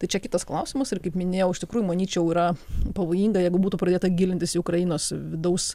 tai čia kitas klausimas ir kaip minėjau iš tikrųjų manyčiau yra pavojinga jeigu būtų pradėta gilintis į ukrainos vidaus